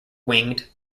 winged